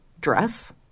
dress